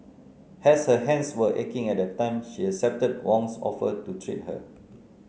as her hands were aching at that time she accepted Wong's offer to treat her